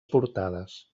portades